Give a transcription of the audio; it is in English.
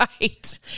Right